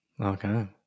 Okay